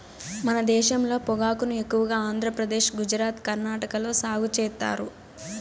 మన దేశంలో పొగాకును ఎక్కువగా ఆంధ్రప్రదేశ్, గుజరాత్, కర్ణాటక లో సాగు చేత్తారు